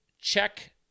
check